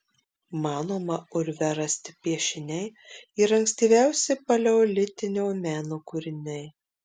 manoma urve rasti piešiniai yra ankstyviausi paleolitinio meno kūriniai